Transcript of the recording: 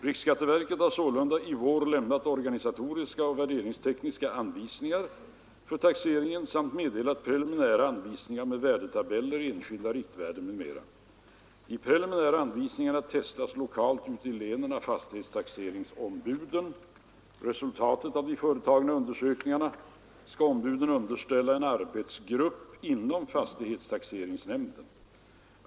Riksskatteverket har sålunda i vår lämnat organisatoriska och värderingstekniska anvisningar för taxeringen samt meddelat preliminära anvisningar med värdetabeller, enskilda riktvärden m.m. De preliminära anvisningarna testas lokalt ute i länen av fastighetstaxeringsombuden. Resultaten av de företagna undersökningarna skall 11 ombuden underställa en arbetsgrupp inom fastighetstaxeringsnämnden.